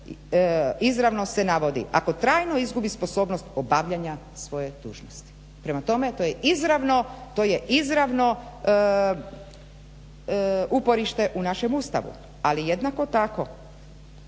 izravno se navodi, ako trajno izgubi sposobnost obavljanja svoje dužnosti. Prema tome to je izravno uporište u našem Ustavu. Ali jednako tako